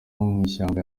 mw’ishyamba